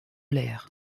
l’air